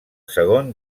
segon